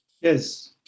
Yes